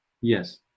Yes